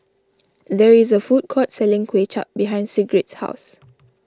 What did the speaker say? there is a food court selling Kuay Chap behind Sigrid's house